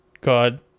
God